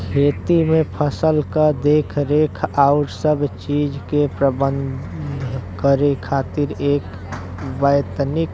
खेती में फसल क देखरेख आउर सब चीज के प्रबंध करे खातिर एक वैतनिक